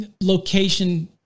location